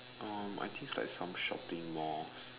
oh I think its like some shopping malls